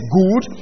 good